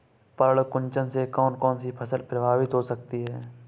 पर्ण कुंचन से कौन कौन सी फसल प्रभावित हो सकती है?